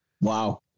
Wow